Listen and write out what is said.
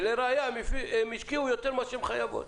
ולראיה הן השקיעו יותר ממה שהן חייבות.